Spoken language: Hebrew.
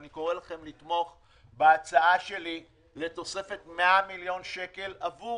אני קורא לכם לתמוך בהצעה שלי לתוספת 100 מיליון שקל עבור